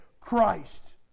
Christ